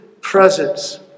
presence